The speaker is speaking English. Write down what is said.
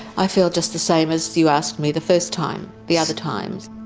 i feel just the same as you asked me the first time, the other times.